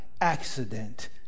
accident